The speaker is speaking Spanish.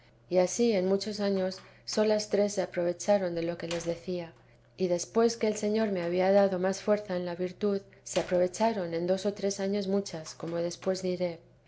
y ansí en muchos años solas tres se aprovecharon de lo que les decía y después que el señor me había dado más fuerza en la virtud se aprovecharon en dos o tres años muchas como después diré